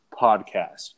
podcast